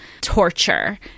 torture